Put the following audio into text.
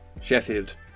Sheffield